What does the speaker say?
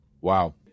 Wow